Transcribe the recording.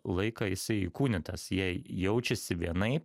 laiką jisai įkūnytas jie jaučiasi vienaip